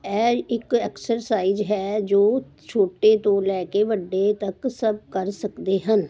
ਇਹ ਇੱਕ ਐਕਸਰਸਾਈਜ਼ ਹੈ ਜੋ ਛੋਟੇ ਤੋਂ ਲੈ ਕੇ ਵੱਡੇ ਤੱਕ ਸਭ ਕਰ ਸਕਦੇ ਹਨ